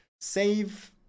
save